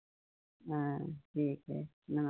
हाँ ठीक है नमस्ते